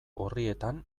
orrietan